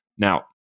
Now